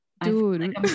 dude